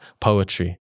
poetry